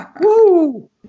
Woo